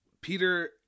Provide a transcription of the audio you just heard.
Peter